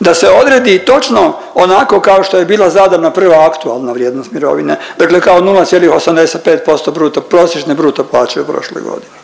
da se odredi točno onako kao što je bila zadana prva aktualna vrijednost mirovine, dakle kao 0,85% bruto prosječne bruto plaće u prošloj godini